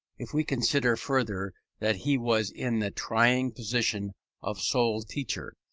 if we consider further that he was in the trying position of sole teacher,